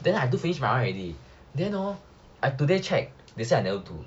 then I do finish my [one] already hor I today check they say I never do